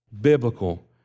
biblical